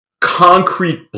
concrete